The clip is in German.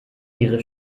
ihre